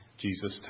Jesus